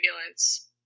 ambulance